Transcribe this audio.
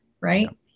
right